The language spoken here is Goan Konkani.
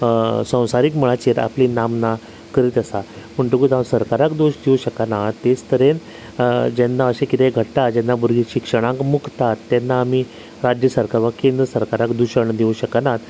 संवसारीक मळाचेर आपली नामना करीत आसा म्हूणटकूत हांव सरकाराक दोश दिवू शकना तेंच तरेन जेन्ना अशें कितेंय घडटा तेन्ना भुरगीं शिक्षणाक मुकतात तेन्ना आमी राज्य सरकार वा केंद्र सरकाराक दुशण दीव शकनात